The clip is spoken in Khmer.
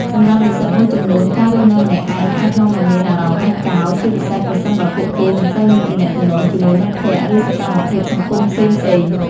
សម្រាប់និស្សិតមួយចំនួន ការរស់នៅម្នាក់ឯងអាចនាំឱ្យមាន អារម្មណ៍ឯកោ ជាពិសេសប្រសិនបើពួកគេមិនសូវមានទំនាក់ទំនងជាមួយមិត្តភក្តិ ឬសកម្មភាពសង្គមផ្សេងៗ។